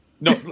No